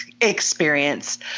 experience